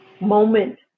moment